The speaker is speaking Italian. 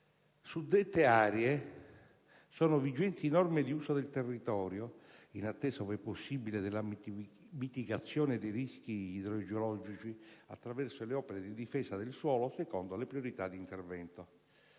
Su dette aree sono vigenti norme di uso del territorio, in attesa, ove possibile, della mitigazione dei rischi idrogeologici attraverso le opere di difesa del suolo, secondo le priorità di intervento.